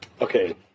Okay